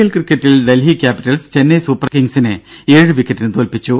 L ക്രിക്കറ്റിൽ Delhi Capitals Chennai Super കിംഗ്സിനെ ഏഴുവിക്കറ്റിന് തോൽപ്പിച്ചു